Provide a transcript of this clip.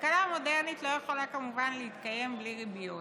כלכלה מודרנית לא יכולה כמובן להתקיים בלי ריביות,